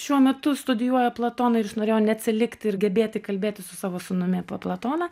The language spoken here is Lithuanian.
šiuo metu studijuoja platoną ir jis norėjo neatsilikti ir gebėti kalbėtis su savo sūnumi apie platoną